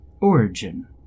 origin